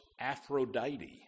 Aphrodite